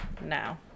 now